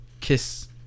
kiss